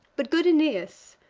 but good aeneas,